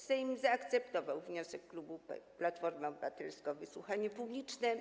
Sejm zaakceptował wniosek klubu Platformy Obywatelskiej o wysłuchanie publiczne.